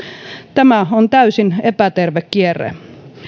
tämä on täysin epäterve kierre